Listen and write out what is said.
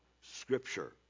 Scripture